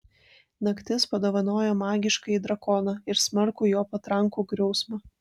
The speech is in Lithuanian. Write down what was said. naktis padovanojo magiškąjį drakoną ir smarkų jo patrankų griausmą